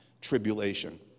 tribulation